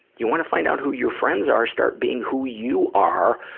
you wanna find out who your friends are, start being who you are,